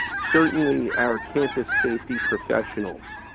certainly our campus safety professionals,